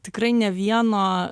tikrai ne vieno